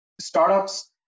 Startups